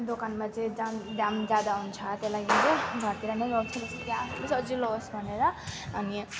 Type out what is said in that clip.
दोकानमा चाहिँ दाम दाम ज्यादा हुन्छ त्यही लागि चाहिँ घरतिर नै गर्छ सजिलो होस् भनेर अनि